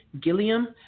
Gilliam